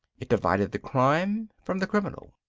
it divided the crime from the criminal.